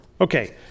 Okay